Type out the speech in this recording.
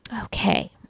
Okay